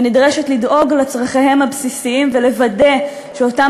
ונדרשת לדאוג לצורכיהם הבסיסיים ולוודא שאותם